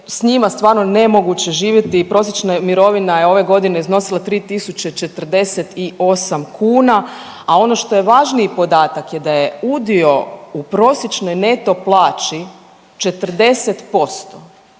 s njima stvarno nemoguće živjeti i prosječna mirovina je ove godine iznosila 3048 kuna, a ono što je važniji podatak da je udio u prosječnoj neto plaći 40%.